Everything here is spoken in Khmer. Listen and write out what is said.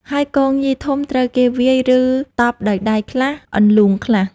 ហើយគងញីធំត្រូវគេវាយ ឬតប់ដោយដៃខ្លះ អន្លូងខ្លះ។